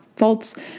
Faults